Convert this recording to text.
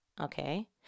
Okay